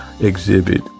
exhibit